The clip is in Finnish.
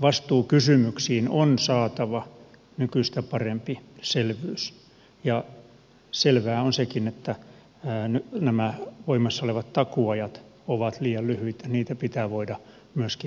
vastuukysymyksiin on saatava nykyistä parempi selvyys ja selvää on sekin että nämä voimassa olevat takuuajat ovat liian lyhyitä niitä pitää voida myöskin jatkaa